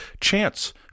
Chance